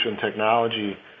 technology